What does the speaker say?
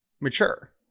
mature